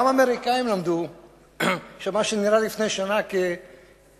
גם האמריקנים למדו שמה שנראה לפני שנה קל